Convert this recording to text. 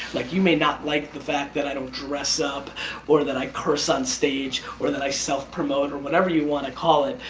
like you may not like the fact that i don't dress up or that i curse on stage or that i self promote or whatever you wanna call it.